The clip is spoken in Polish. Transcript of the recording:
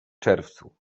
czerwcu